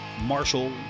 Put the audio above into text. Marshall